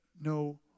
no